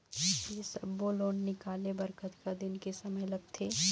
ये सब्बो लोन निकाले बर कतका दिन के समय लगथे?